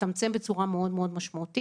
הצטמצם בצורה מאוד מאוד משמעותית.